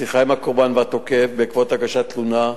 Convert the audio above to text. שיחה עם הקורבן והתוקף בעקבות הגשת תלונה,